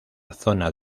zona